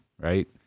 right